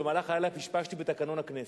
במהלך הלילה פשפשתי בתקנון הכנסת,